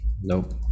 nope